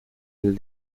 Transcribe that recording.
del